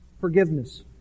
forgiveness